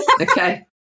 Okay